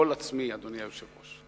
גול עצמי, אדוני היושב-ראש.